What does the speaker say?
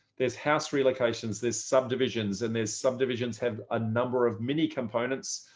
there's house relocations, there's subdivisions and there's subdivisions have a number of mini components.